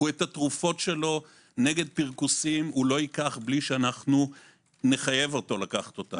הוא את התרופות שלו נגד פרכוסים לא ייקח בלי שנחייב אותו לקחת אותן.